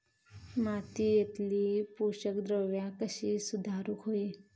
मातीयेतली पोषकद्रव्या कशी सुधारुक होई?